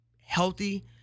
healthy